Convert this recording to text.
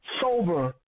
sober